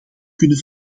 kunnen